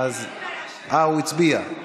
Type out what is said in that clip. אה, הוא הצביע.